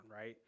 right